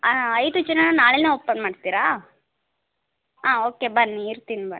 ಹಾಂ ಐದು ಜನ ನಾಳೆಯೇ ಓಪನ್ ಮಾಡ್ತೀರಾ ಹಾಂ ಓಕೆ ಬನ್ನಿ ಇರ್ತಿನಿ ಬನ್ನಿ